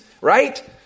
right